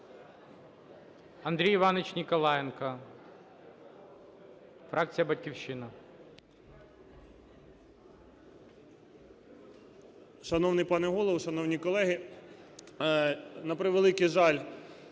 Андрій Іванович Ніколаєнко, фракція "Батьківщина".